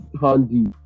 handy